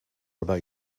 about